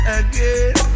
again